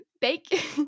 Bake